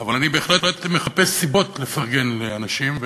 אבל אני בהחלט מחפש סיבות לפרגן לאנשים.